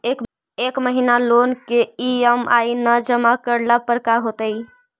एक महिना लोन के ई.एम.आई न जमा करला पर का होतइ?